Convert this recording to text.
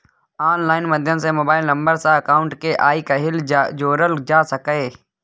online माध्यम सँ mobile number सँ अकाउंट केँ आइ काल्हि जोरल जा सकै छै